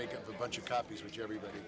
make up a bunch of copies which everybody